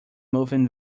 moving